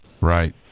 Right